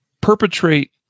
perpetrate